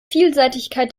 vielseitigkeit